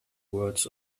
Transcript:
words